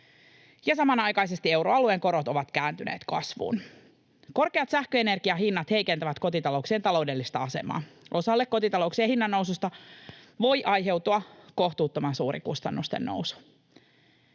samanaikaisesti euroalueen korot ovat kääntyneet kasvuun. Korkeat sähköenergian hinnat heikentävät kotitalouksien taloudellista asemaa. Osalle kotitalouksia hinnannoususta voi aiheutua kohtuuttoman suuri kustannusten nousu.